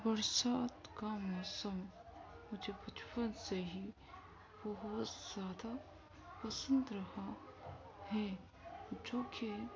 برسات کا موسم مجھے بچپن سے ہی بہت زیادہ پسند رہا ہے جو کہ